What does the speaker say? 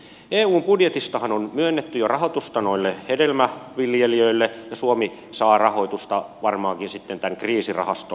eun budjetistahan on nyt myönnetty jo rahoitusta noille hedelmäviljelijöille ja suomi saa rahoitusta varmaankin sitten tämän kriisirahaston kautta